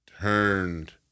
turned